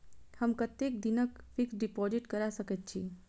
हम कतेक दिनक फिक्स्ड डिपोजिट करा सकैत छी?